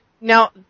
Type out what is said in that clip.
now